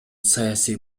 саясий